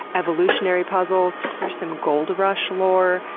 evolutionary puzzles, there's some gold rush lore,